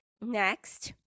next